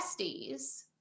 besties